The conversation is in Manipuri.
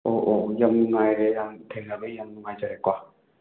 ꯑꯣ ꯑꯣ ꯌꯥꯝꯅ ꯅꯨꯡꯉꯥꯏꯔꯦ ꯌꯥꯝꯅ ꯊꯦꯡꯅꯕ ꯌꯥꯝꯅ ꯅꯨꯡꯉꯥꯏꯖꯔꯦꯀꯣ